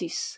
vi